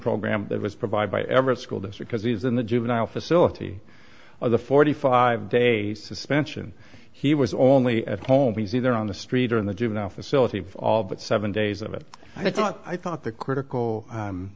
program that was provided by every school district has he's in the juvenile facility or the forty five dollars day suspension he was only at home he's either on the street or in the juvenile facility all but seven days of it i thought i thought the critical